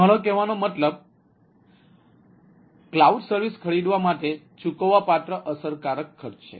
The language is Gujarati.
મારો કહેવાનો મતલબ ક્લાઉડ સર્વિસ ખરીદવા માટે ચૂકવવાપાત્ર અસરકારક ખર્ચ છે